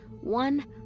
one